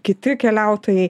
kiti keliautojai